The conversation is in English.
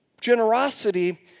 generosity